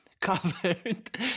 covered